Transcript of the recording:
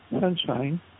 sunshine